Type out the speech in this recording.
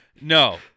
no